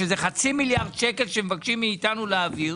שזה חצי מיליארד שקלים שמבקשים מאיתנו להעביר,